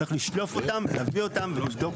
צריך לשלוף אותם, להביא אותם, לבדוק אותם.